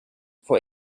for